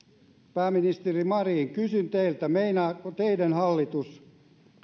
pääministeri marin kysyn teiltä meinaako teidän hallituksenne